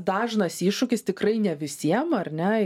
dažnas iššūkis tikrai ne visiem ar ne